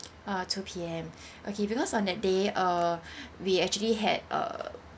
ah two P_M okay because on that day uh we actually had a